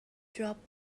dropped